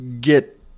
get